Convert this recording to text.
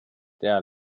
der